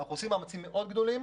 אנחנו עושים מאמצים מאוד גדולים